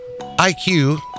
IQ